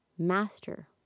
Master